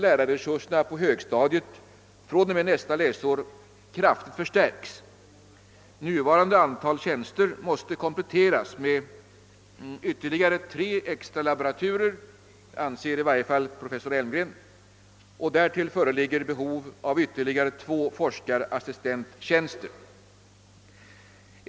Lärarresurserna på högstadiet måste fr.o.m. nästa läsår kraftigt förstärkas. Nuvarande antal tjänster måste i varje fall enligt professor Elmgrens åsikt kompletteras med ytterligare tre extra laboraturer. Därtill föreligger behov av ytterligare två forskarassistenttjänster.